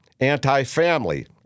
Anti-family